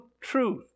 truth